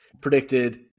predicted